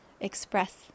express